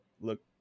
look